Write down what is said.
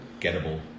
Gettable